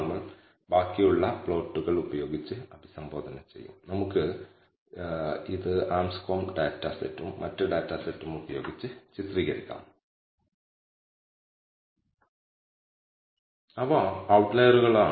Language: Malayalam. ഇവിടെ വിവരിച്ചിരിക്കുന്ന ഈ അളവ് ഉപയോഗിച്ച് നമുക്ക് σ2 ന്റെ വളരെ നല്ല എസ്റ്റിമേറ്റ് ലഭിക്കുമെന്ന് കാണിക്കാൻ കഴിയും ഇത് രേഖീയ സമവാക്യത്തിൽ നിന്ന് ലഭിക്കുന്ന അളന്ന മൂല്യമായ y യും കണക്കാക്കിയ മൂല്യം ŷi യും തമ്മിലുള്ള വ്യത്യാസമല്ലാതെ മറ്റൊന്നുമല്ല